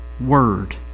word